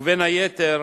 ובין היתר